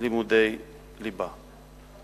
לימודי ליבה.